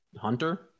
Hunter